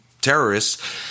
terrorists